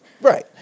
Right